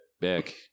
back